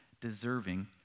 deserving